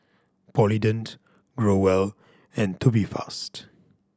Polident Growell and Tubifast